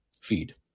feed